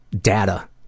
data